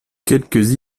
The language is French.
quelques